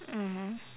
mmhmm